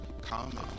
come